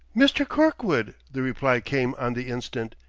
mr. kirkwood! the reply came on the instant.